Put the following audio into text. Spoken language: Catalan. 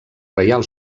reial